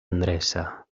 endreça